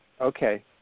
Okay